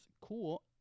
cool